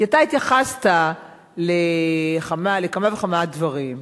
כי אתה התייחסת לכמה וכמה דברים,